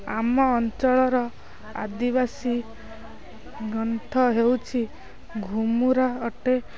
ଆମ ଅଞ୍ଚଳର ଆଦିବାସୀ ଗ୍ରନ୍ଥ ହେଉଛି ଘୁମୁରା ଅଟେ